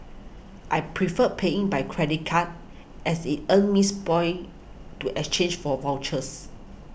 I prefer paying by credit card as it earns miss boy to exchange for vouchers